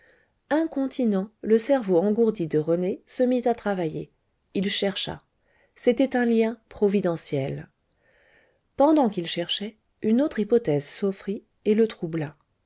incontinent le cerveau engourdi de rené se mit à travailler il chercha c'était un lien providentiel pendant qu'il cherchait une autre hypothèse s'offrit et le troubla